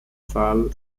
zahl